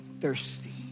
thirsty